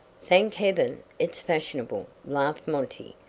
thank heaven it's fashionable, laughed monty,